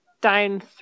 down